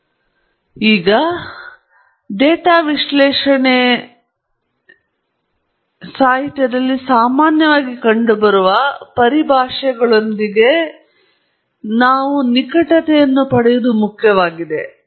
ಆದ್ದರಿಂದ ನಾವು ಈ ಉಪನ್ಯಾಸದ ಕೊನೆಯ ಭಾಗವಾದ ಡೇಟಾ ವಿಶ್ಲೇಷಣೆ ವಿಧಾನಕ್ಕೆ ತೆರಳುವ ಮೊದಲು ಡೇಟಾ ವಿಶ್ಲೇಷಣೆ ಸಾಹಿತ್ಯದಲ್ಲಿ ಸಾಮಾನ್ಯವಾಗಿ ಕಂಡುಬರುವ ಕೆಲವು ಪರಿಭಾಷೆಗಳೊಂದಿಗೆ ಕನಿಷ್ಠವಾಗಿ ನಿಕಟತೆಯನ್ನು ಪಡೆಯುವುದು ಮುಖ್ಯವಾಗಿದೆ